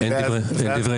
אין דברי